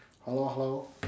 hello hello